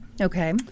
Okay